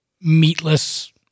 meatless